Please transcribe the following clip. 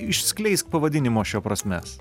išskleisk pavadinimo šio prasmes